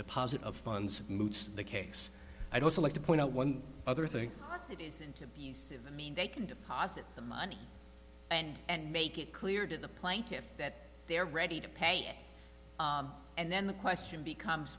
deposit of funds moots the case i'd also like to point out one other thing that isn't abusive i mean they can deposit the money and and make it clear to the plaintiffs that they're ready to pay and then the question becomes